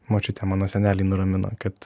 močiutė mano senelį nuramino kad